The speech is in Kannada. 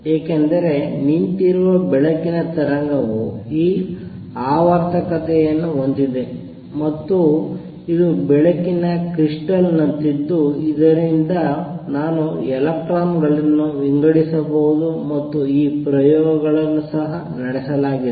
ಏಕೆಂದರೆ ನಿಂತಿರುವ ಬೆಳಕಿನ ತರಂಗವು ಈ ಆವರ್ತಕತೆಯನ್ನು ಹೊಂದಿದೆ ಮತ್ತು ಇದು ಬೆಳಕಿನ ಕ್ರಿಸ್ಟಲ್ ನಂತಿದ್ದು ಇದರಿಂದ ನಾನು ಎಲೆಕ್ಟ್ರಾನ್ ಗಳನ್ನು ವಿಂಗಡಿಸಬಹುದು ಮತ್ತು ಈ ಪ್ರಯೋಗಗಳನ್ನು ಸಹ ನಡೆಸಲಾಗಿದೆ